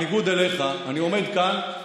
עומד כאן,